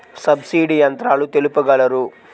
Subsidy యంత్రాలు తెలుపగలరు?